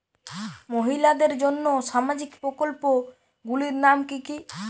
মহিলাদের জন্য সামাজিক প্রকল্প গুলির নাম কি কি?